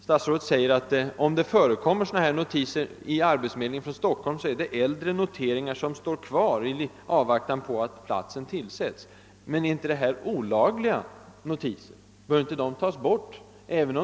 Statsrådet säger att eventuella könsdiskriminerande notiser hos arbetsförmedlingen i Stockholm är äldre noteringar, som står kvar i avvaktan på att platserna i fråga tillsätts. Men det är ju i så fall fråga om olagliga notiser. Bör inte de dras in?